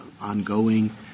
ongoing